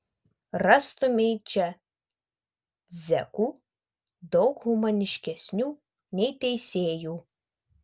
rastumei čia zekų daug humaniškesnių nei teisėjų